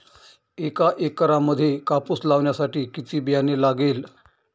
एका एकरामध्ये कापूस लावण्यासाठी किती बियाणे लागेल?